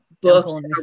book